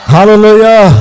Hallelujah